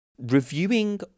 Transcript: Reviewing